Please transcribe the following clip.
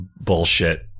bullshit